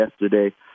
yesterday